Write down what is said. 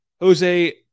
Jose